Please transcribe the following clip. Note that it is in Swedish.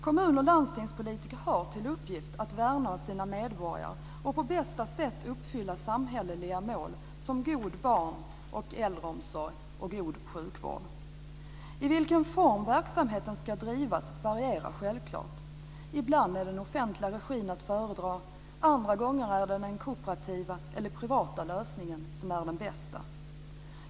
Kommun och landstingspolitiker har till uppgift att värna sina medborgare och på bästa sätt uppfylla samhälleliga mål som god barn och äldreomsorg och god sjukvård. I vilken form verksamheten ska drivas varierar självklart. Ibland är den offentliga regin att föredra. Andra gånger är det den kooperativa eller privata lösningen som är den bästa.